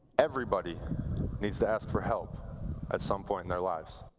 everybody needs to ask for help at some point in their lives.